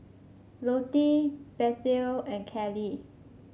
Lottie Bethel and Kallie